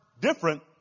different